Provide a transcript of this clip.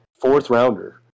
Fourth-rounder